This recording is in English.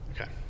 Okay